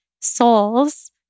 souls